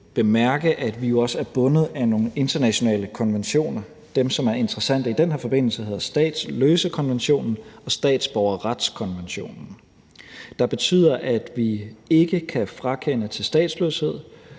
bemærke, at vi jo også er bundet af nogle internationale konventioner. Dem, som er interessante i den her forbindelse, hedder statsløsekonventionen og statsborgerretskonventionen, der betyder, at vi ikke kan frakende til statsløshed,